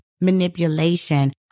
manipulation